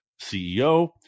CEO